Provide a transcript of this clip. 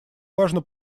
важно